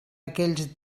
aquells